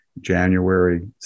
January